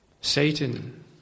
Satan